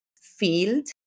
field